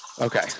okay